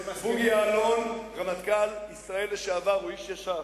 בוגי יעלון, רמטכ"ל ישראל לשעבר, הוא איש ישר,